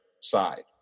side